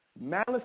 Malice